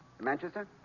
Manchester